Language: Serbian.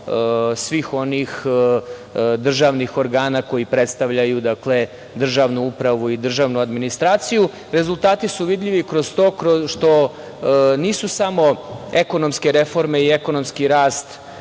svih onih državnih organa koji predstavljaju državnu upravu i državnu administraciju. Rezultati su vidljivi kroz to što nisu samo ekonomske reforme i ekonomski rast,